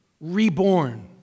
Reborn